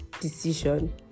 decision